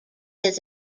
his